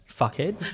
Fuckhead